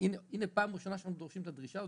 הינה פעם ראשונה שאנחנו דורשים את הדרישה הזאת,